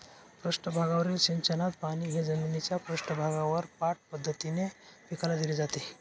पृष्ठभागावरील सिंचनात पाणी हे जमिनीच्या पृष्ठभागावर पाठ पद्धतीने पिकाला दिले जाते